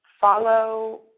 follow